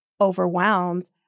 overwhelmed